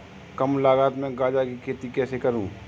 कम लागत में गाजर की खेती कैसे करूँ?